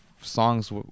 Songs